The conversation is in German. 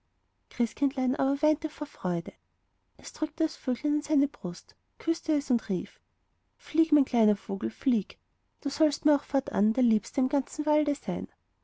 christkindlein aber weinte jetzt vor freude es drückte das vöglein an seine brust küßte es und rief flieg mein lieber kleiner vogel flieg du sollst mir auch fortan der liebste im ganzen walde sein